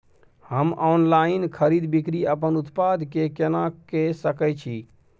हम ऑनलाइन खरीद बिक्री अपन उत्पाद के केना के सकै छी?